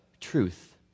truth